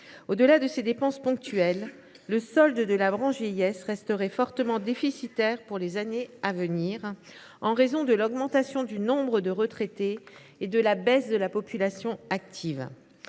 Au delà de ces dépenses ponctuelles, le solde de la branche vieillesse resterait fortement déficitaire pour les années à venir, en raison de l’augmentation du nombre des retraités et de la diminution de la population active.